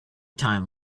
time